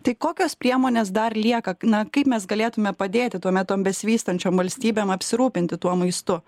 tai kokios priemonės dar lieka na kaip mes galėtume padėti tuomet tom besivystančiom valstybėm apsirūpinti tuo maistu